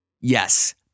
Yes